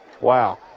Wow